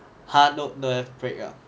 !huh! no don't have break ah